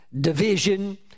division